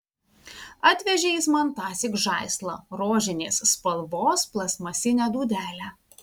atvežė jis man tąsyk žaislą rožinės spalvos plastmasinę dūdelę